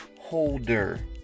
holder